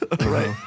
right